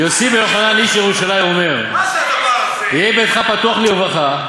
"יוסי בן יוחנן איש ירושלים אומר: יהי ביתך פתוח לרווחה,